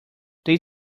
they